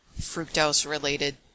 fructose-related